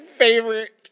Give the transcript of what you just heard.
favorite